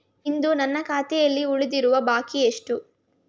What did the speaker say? ಇಂದು ನನ್ನ ಖಾತೆಯಲ್ಲಿ ಉಳಿದಿರುವ ಬಾಕಿ ಎಷ್ಟು?